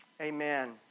Amen